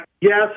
Yes